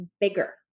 bigger